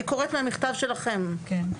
אני קוראת מהמכתב שלכם,